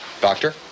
doctor